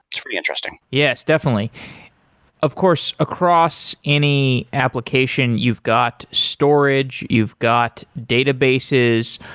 it's really interesting yes, definitely of course, across any application you've got storage, you've got databases.